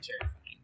terrifying